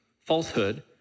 falsehood